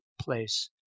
place